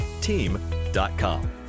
team.com